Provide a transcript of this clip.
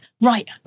right